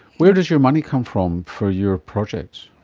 where does your money come from for your project?